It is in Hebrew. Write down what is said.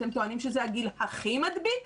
אתם טוענים שזה הגיל הכי מדביק,